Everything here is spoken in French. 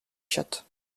chiottes